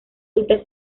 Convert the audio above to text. adultas